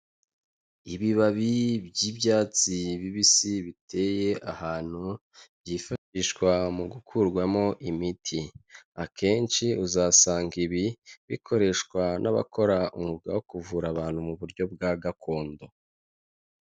Ibibabi by'ibyatsi bibisi biteye ahantu byifashishwa mu gukurwamo imiti, akenshi uzasanga ibi bikoreshwa n'abakora umwuga wo kuvura abantu mu buryo bwa gakondo.